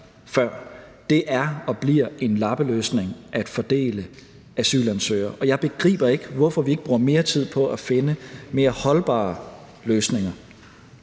det er og bliver en lappeløsning at fordele asylansøgere på den måde, og jeg begriber ikke, hvorfor vi ikke bruger mere tid på at finde mere holdbare løsninger.